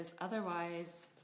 otherwise